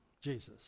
Jesus